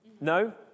No